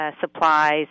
supplies